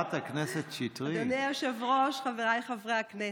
אדוני היושב-ראש, חבריי חברי הכנסת,